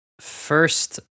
first